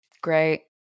Great